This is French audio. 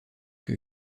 que